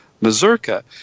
mazurka